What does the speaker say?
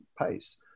pace